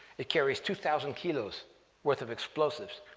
it carries two thousand kilos worth of explosives,